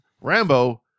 Rambo